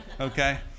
Okay